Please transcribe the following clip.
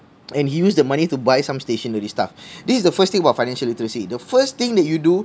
and he used the money to buy some stationery stuff this is the first thing about financial literacy the first thing that you do